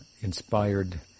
inspired